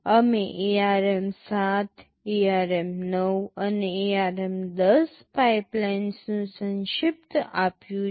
અમે ARM7 ARM9 અને ARM10 પાઇપલાઇન્સનું સંક્ષિપ્ત આપ્યું છે